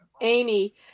Amy